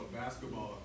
basketball